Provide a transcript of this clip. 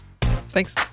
Thanks